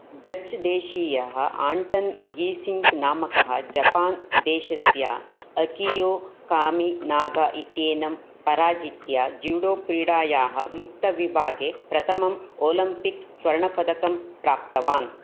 डच् देशीयः Anton Geesink नामकः Japan देशस्य अकियो कामिनागा इत्येनं पराजित्य जूडो क्रीडायाः मुक्तविभागे प्रथमम् ओलम्पिक् स्वर्णपदकं प्राप्तवान्